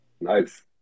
Nice